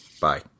bye